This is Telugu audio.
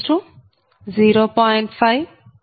5 0